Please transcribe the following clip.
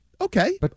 Okay